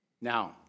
Now